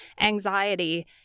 anxiety